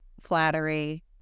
flattery